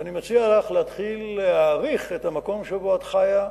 ואני מציע לך להתחיל להעריך את המקום שבו את חיה,